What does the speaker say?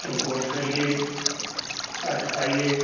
ਸੰਕੋਚ ਕਰੀਏ ਘੱਟ ਪਾਈਏ